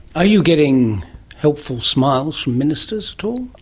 are you getting helpful smiles from ministers at all?